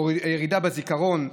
ירידה בזיכרון,